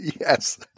Yes